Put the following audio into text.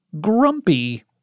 grumpy